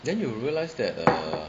then you will realise that uh